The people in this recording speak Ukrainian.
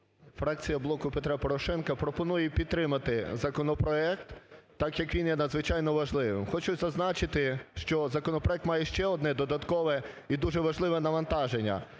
Фракція "Блоку Петра Порошенка" пропонує підтримати законопроект, так як він є надзвичайно важливим. Хочу зазначити, що законопроект має ще одне додаткове і дуже важливе навантаження.